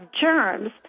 germs